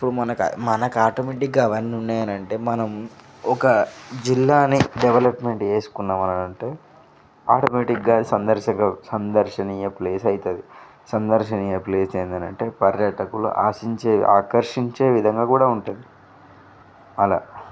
ఇప్పుడు మనకు మనకు ఆటోమేటిక్గా అవన్నీ ఉన్నాయని అంటే మనం ఒక జిల్లాని డెవలప్మెంట్ చేసుకున్నామని అంటే ఆటోమేటిక్గా సందరసక సందర్శనీయ ప్లేస్ అవుతుంది సందర్శనీయ ప్లేస్ అయ్యింది అని అంటే పర్యటకులు ఆశించే ఆకర్షించే విధంగా కూడా ఉంటుంది అలా